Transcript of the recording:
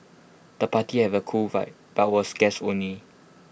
the party had A cool vibe but was guests only